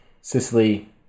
sicily